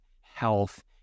health